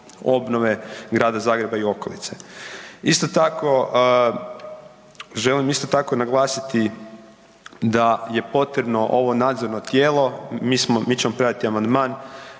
obnove Grada Zagreba i okolice. Isto tako, želim isto tako naglasiti da je potrebno ovo nadzorno tijelo, mi ćemo predati amandman,